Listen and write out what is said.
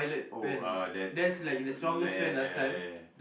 oh uh that's le~